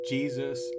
Jesus